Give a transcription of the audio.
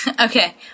Okay